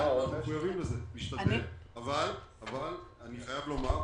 אבל אני חייב לומר,